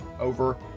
over